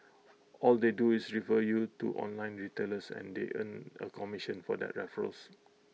all they do is refer you to online retailers and they earn A commission for that referrals